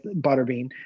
Butterbean